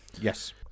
Yes